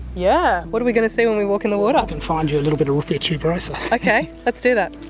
yeah! what are we going to see when we walk in the water? i can find you a little bit of ruppia tuberosa. okay, let's do that.